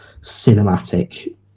cinematic